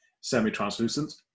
semi-translucent